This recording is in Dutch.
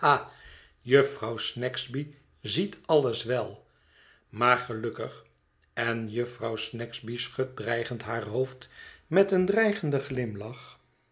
jufvrouw snagsby ziet alles wel maar gelukkig en jufvrouw snagsby schudt dreigend haar hoofd met een dreigenden glimlach